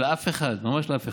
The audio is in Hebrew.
לאף אחד, ממש לאף אחד.